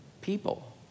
people